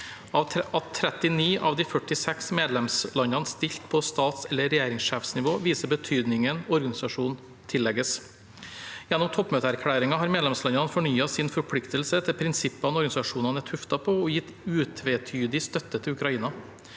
At 39 av de 46 medlemslandene stilte på statseller regjeringssjefsnivå, viser betydningen organisasjonen tillegges. Gjennom toppmøteerklæringen har medlemslandene fornyet sin forpliktelse til prinsippene organisasjonen er tuftet på, og gitt utvetydig støtte til Ukraina.